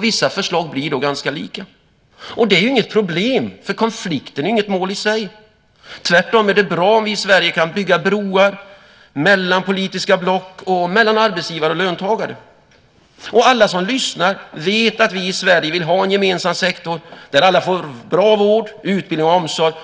Vissa förslag blir då ganska lika. Och det är inget problem eftersom konflikten inte är något mål i sig. Tvärtom är det bra om vi i Sverige kan bygga broar mellan politiska block och mellan arbetsgivare och löntagare. Och alla som lyssnar vet att vi i Sverige vill ha en gemensam sektor där alla får bra vård, utbildning och omsorg